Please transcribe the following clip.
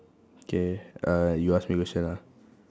K uh you ask me question ah